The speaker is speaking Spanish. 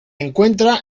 encuentra